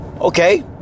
Okay